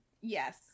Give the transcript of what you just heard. Yes